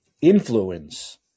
influence